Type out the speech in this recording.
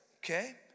Okay